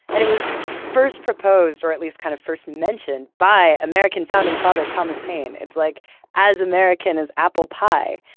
and it was first proposed, or at least, kind of first mentioned, by american founding father, thomas paine. it's like as american as apple pie.